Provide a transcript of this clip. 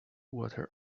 water